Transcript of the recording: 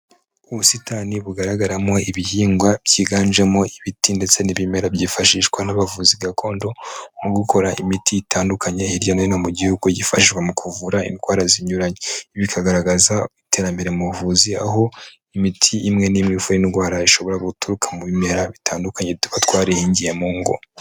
Ubusitani bugaragaramo ibihingwa byiganjemo ibiti ndetse n'ibimera byifashishwa n'abavuzi gakondo mu gukora imiti itandukanye hirya no hino mu gihugu yifashwa mu kuvura indwara zinyuranye, bikagaragaza iterambere mu buvuzi. Aho imiti imwe n'imwe ivura indwara ishobora guturuka mu bimera bitandukanye tuba twarihingiye mungo.